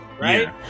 right